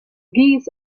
geese